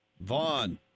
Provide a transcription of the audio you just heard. Vaughn